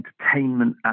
entertainment